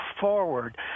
forward